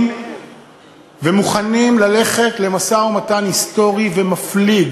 ומוכנים ללכת למשא-ומתן היסטורי ומפליג